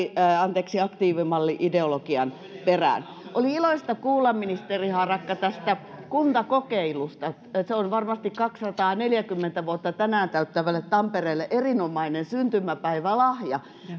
aktiivimalli ideologian perään oli iloista kuulla ministeri harakka tästä kuntakokeilusta se on varmasti kaksisataaneljäkymmentä vuotta tänään täyttävälle tampereelle erinomainen syntymäpäivälahja